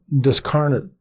discarnate